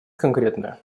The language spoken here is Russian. конкретны